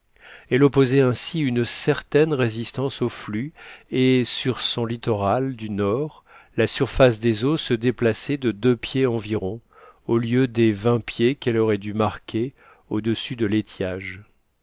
elle opposait ainsi une certaine résistance au flux et sur son littoral du nord la surface des eaux se déplaçait de deux pieds environ au lieu des vingt pieds qu'elle aurait dû marquer au-dessus de l'étiage